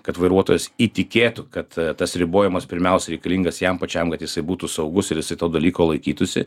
kad vairuotojas įtikėtų kad tas ribojimas pirmiausia reikalingas jam pačiam kad jisai būtų saugus ir jisai to dalyko laikytųsi